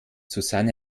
susanne